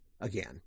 again